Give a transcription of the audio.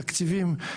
תקציבים,